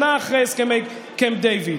שנה אחרי הסכמי קמפ דייוויד.